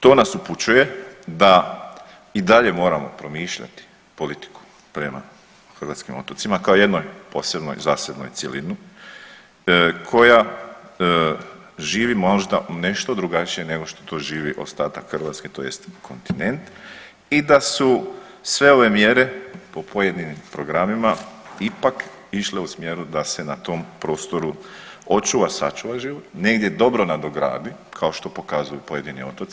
To nas upućuje da i dalje moramo promišljati politiku prema hrvatskim otocima kao jednoj posebnoj, zasebnu cjelinu koja živi možda nešto drugačije nego što to živi ostatak Hrvatske, tj. kontinent i da su sve ove mjere po pojedinim programima ipak išle u smjeru da se na tom prostoru očuva, sačuva život, negdje dobro nadogradi kao što pokazuju pojedini otoci.